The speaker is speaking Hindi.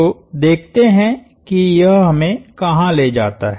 तो देखते हैं कि यह हमें कहाँ ले जाता है